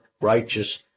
righteous